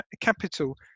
capital